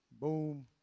boom